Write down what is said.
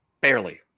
barely